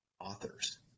authors